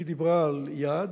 היא דיברה על יעד.